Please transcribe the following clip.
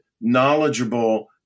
knowledgeable